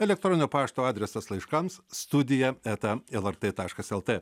elektroninio pašto adresas laiškams studija eta lrt taškas lt